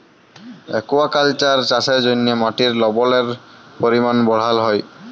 aquaculture চাষের জ্যনহে মাটির লবলের পরিমাল বাড়হাল হ্যয়